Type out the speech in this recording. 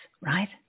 right